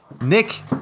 Nick